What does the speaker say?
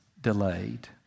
delayed